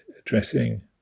addressing